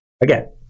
again